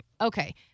okay